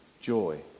joy